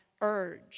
urge